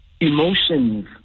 Emotions